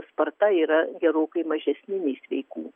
sparta yra gerokai mažesni nei sveikų